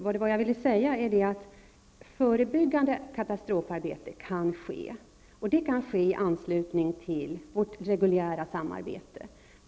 Vad jag ville säga var att förebyggande katastrofarbete kan ske, och det kan ske i anslutning till vårt reguljära samarbete.